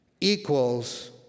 equals